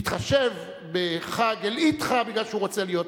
מתחשב בחג אל-אדחא בגלל שהוא רוצה להיות נשיא.